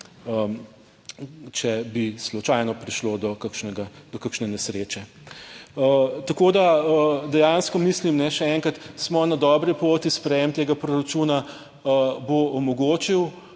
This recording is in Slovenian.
če bi slučajno prišlo do kakšnega, do kakšne nesreče. Tako da dejansko mislim še enkrat, smo na dobri poti. Sprejem tega proračuna bo omogočil